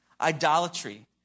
idolatry